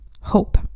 hope